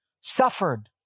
suffered